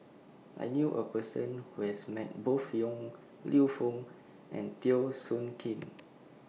I knew A Person Who has Met Both Yong Lew Foong and Teo Soon Kim